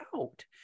out